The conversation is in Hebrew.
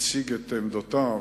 הציג את עמדותיו,